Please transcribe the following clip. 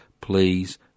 Please